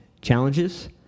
challenges